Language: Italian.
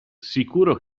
sicuro